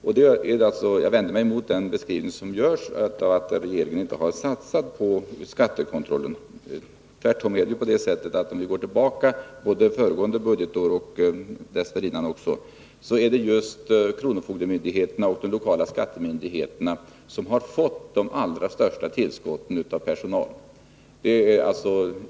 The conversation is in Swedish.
Jag vänder mig därför emot den beskrivning som görs, att regeringen inte skulle ha satsat på skattekontrollen. Tvärtom är det ju på det sättet — och det kan vi se om vi går tillbaka till föregående budgetår, och budgetåren dessförinnan också — att det är just kronofogdemyndigheterna och de lokala skattemyndigheterna som har fått de allra största tillskotten av personal.